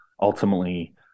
ultimately –